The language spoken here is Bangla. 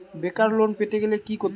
বেকার লোন পেতে গেলে কি করতে হবে?